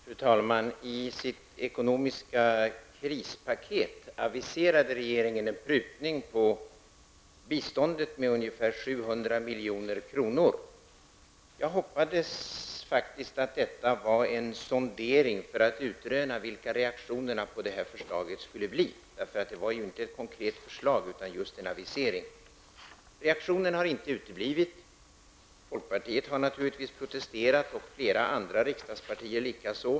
Fru talman! I sitt ekonomiska krispaket aviserade regeringen en prutning på biståndet med ungefär 7 milj.kr. Jag hoppades faktiskt att detta var en sondering för att utröna vilka reaktionerna på förslaget skulle bli. Det var ju inte ett konkret förslag utan en avisering. Reaktionen har inte uteblivit. Folkpartiet har naturligtvis protesterat och likaså flera andra riksdagspartier.